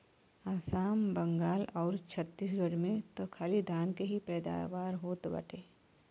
आसाम, बंगाल आउर छतीसगढ़ में त खाली धान के ही पैदावार होत बाटे